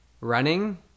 running